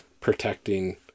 protecting